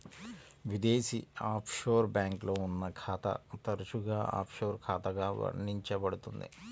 విదేశీ ఆఫ్షోర్ బ్యాంక్లో ఉన్న ఖాతా తరచుగా ఆఫ్షోర్ ఖాతాగా వర్ణించబడుతుంది